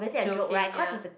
joking ya